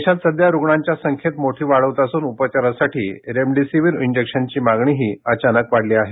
देशात सध्या रुग्णांच्या संख्येत मोठी वाढ होत असून उपचारासाठी रेमडिसीवीर इंजेक्शनची मागणीही अचानक वाढली आहे